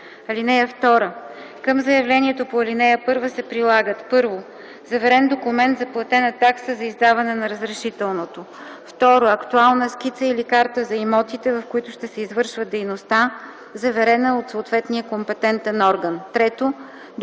(2) Към заявлението по ал. 1 се прилагат: 1. заверен документ за платена такса за издаване на разрешителното; 2. актуална скица или карта за имотите, в които ще се извършва дейността, заверена от съответния компетентен орган; 3. документ,